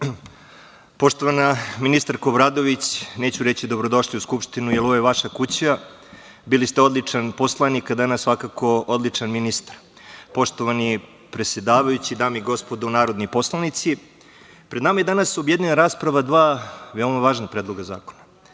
ministarko Obradović, neću reći dobro došli u Skupštinu, jer ovo je vaša kuća. Bili ste odličan poslanik, a danas svakako odličan ministar, poštovani predsedavajući, dame i gospodo narodni poslanici, pred nama je danas objedinjena rasprava o dva veoma važna predloga zakona. Prvi